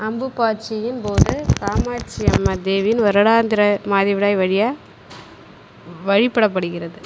அம்புபாச்சியின்போது காமாட்சியம்மை தேவியின் வருடாந்திர மாதவிடாய் வழியாக வழிப்படப்படுகிறது